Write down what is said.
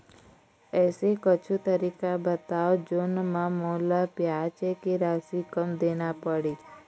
ऐसे कुछू तरीका बताव जोन म मोला ब्याज के राशि कम देना पड़े?